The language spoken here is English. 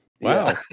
Wow